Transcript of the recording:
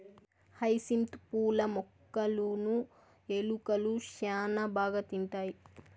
hyacinth పూల మొక్కలును ఎలుకలు శ్యాన బాగా తింటాయి